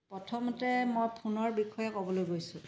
প্ৰথমতে মই ফোনৰ বিষয়ে ক'বলৈ গৈছোঁ